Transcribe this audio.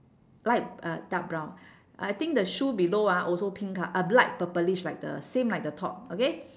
light uh dark brown I think the shoe below ah also pink col~ uh light purplish like the same like the top okay